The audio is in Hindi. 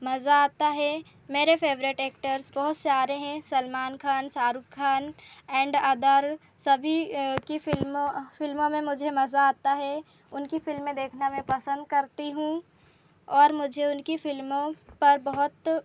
मज़ा आता है मेरे फ़ेवरेट एक्टर्स बहुत सारे है सलमान खान शाहरुख खान ऐंड अदर सभी की फ़िल्मों फ़िल्मों में मुझे मज़ा आता है उनकी फ़िल्में देखना मैं पसंद करती हूँ और मुझे उनकी फ़िल्मों पर बहुत